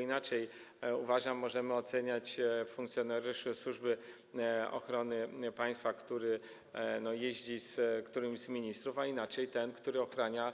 Inaczej, uważam, możemy oceniać funkcjonariusza Służby Ochrony Państwa, który jeździ z którymś z ministrów, a inaczej tego, który ochrania